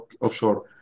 offshore